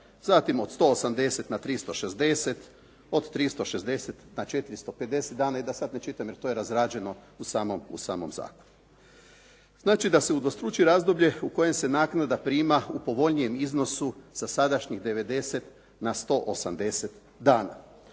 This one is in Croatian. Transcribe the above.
Zatim od 180 na 360, od 360 na 450 dana i da sad ne čitam jer to je razrađeno u samom zakonu. Znači, da se udvostruči razdoblje u kojem se naknada prima u povoljnijem iznosu sa sadašnjih 90 na 180 dana.